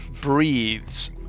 breathes